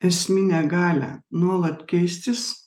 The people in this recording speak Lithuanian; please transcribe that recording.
esminę galią nuolat keistis